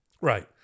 Right